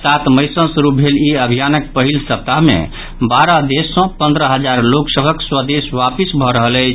सात मई सँ शुरू भेल ई अभियानक पहिल सप्ताह मे बारह देश सँ पंद्रह हजार लोक सभक स्वदेश वापिस भऽ रहल अछि